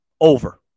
Over